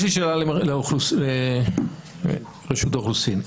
יש לי שאלה לרשות האוכלוסין.